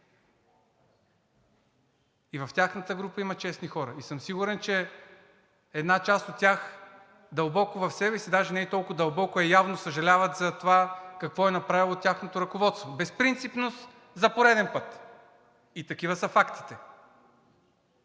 и в тяхната група има честни хора. Сигурен съм, че една част от тях дълбоко в себе си, а даже не и толкова дълбоко, а явно съжалява за това какво е направило тяхното ръководство – безпринципност за пореден път. Такива са фактите.